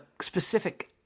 specific